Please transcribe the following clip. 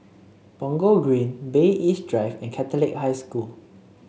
Punggol Green Bay East Drive and Catholic High School